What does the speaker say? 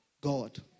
God